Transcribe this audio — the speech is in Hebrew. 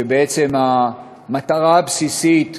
שבעצם המטרה הבסיסית,